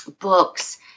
books